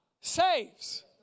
saves